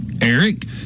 Eric